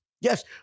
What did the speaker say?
Yes